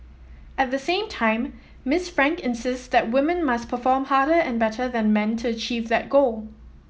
at the same time Miss Frank insists that women must perform harder and better than men to achieve that goal